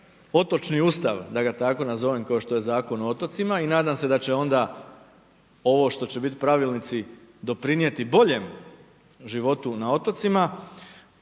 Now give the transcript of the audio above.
otočni Ustav, da ga tako nazovem kao što je Zakon o otocima i nadam se da će onda ovo što će biti pravilnici doprinijeti boljem životu na otocima